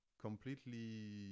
completely